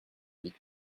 huit